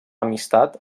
amistat